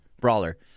Brawler